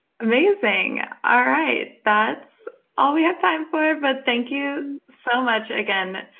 amazing. all right. that's all we have time for, but thank you so much, again,